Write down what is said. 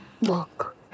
look